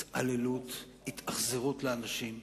התעללות, התאכזרות לאנשים.